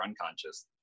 unconscious